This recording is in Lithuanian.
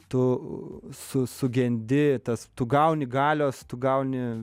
tu su sugendi tu gauni galios tu gauni